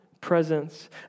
presence